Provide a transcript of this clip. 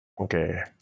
Okay